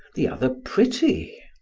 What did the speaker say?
the other pretty.